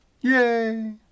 Yay